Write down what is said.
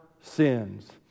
sins